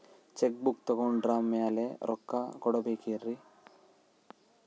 Check book ತೊಗೊಂಡ್ರ ಮ್ಯಾಲೆ ರೊಕ್ಕ ಕೊಡಬೇಕರಿ?